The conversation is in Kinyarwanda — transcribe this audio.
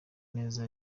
neza